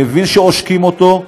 מבין שעושקים אותו,